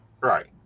Right